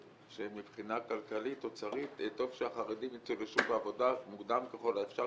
שמבחינה כלכלית אוצרית טוב שהחרדים ייצאו לשוק העבודה מוקדם ככל האפשר,